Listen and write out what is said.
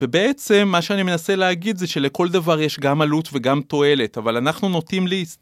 ובעצם מה שאני מנסה להגיד זה שלכל דבר יש גם עלות וגם תועלת אבל אנחנו נוטים להסתכל